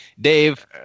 Dave